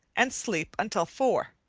and sleep until four.